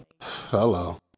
Hello